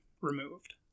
removed